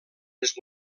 les